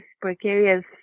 precarious